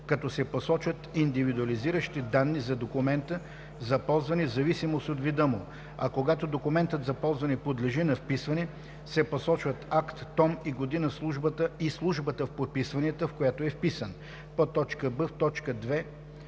като се посочват индивидуализиращи данни за документа за ползване в зависимост от вида му, а когато документът за ползване подлежи на вписване, се посочват акт, том и година и службата по вписванията, в която е вписан;“ б) в т.